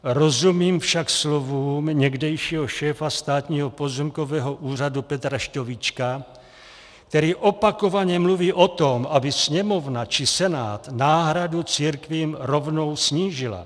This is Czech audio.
Rozumím však slovům někdejšího šéfa Státního pozemkového úřadu Petra Šťovíčka, který opakovaně mluví o tom, aby Sněmovna či Senát náhradu církvím rovnou snížily.